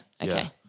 Okay